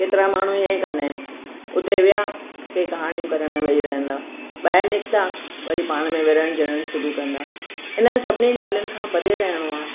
केतिरा माण्हू ईअं ई कंदा आहिनि उते विया के कहाणियूं करण वेही रहंदा ॿाहिरि निकिता वरी पाण में विढ़णु झिड़णु शुरू कंदा आहिनि सभिनी ॻाल्हियुनि खां परे रहणो आहे